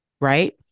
right